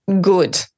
good